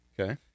Okay